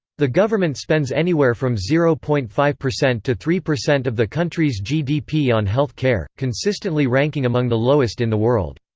the government spends anywhere from zero point five to three percent of the country's gdp on health care, consistently ranking among the lowest in the world.